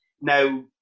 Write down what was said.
Now